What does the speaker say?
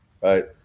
right